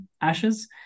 ashes